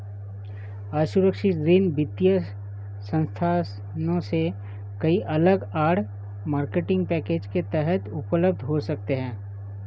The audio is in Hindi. असुरक्षित ऋण वित्तीय संस्थानों से कई अलग आड़, मार्केटिंग पैकेज के तहत उपलब्ध हो सकते हैं